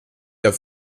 der